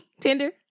Tinder